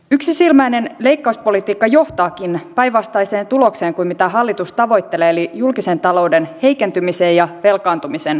yksisilmäinen leikkauspolitiikka johtaakin päinvastaiseen tulokseen kuin hallitus tavoittelee eli julkisen talouden heikentymiseen ja velkaantumisen kasvuun